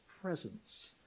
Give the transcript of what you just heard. presence